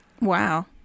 Wow